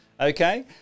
okay